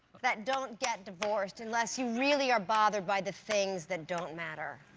that don't get divorced unless you really are bothered by the things that don't matter.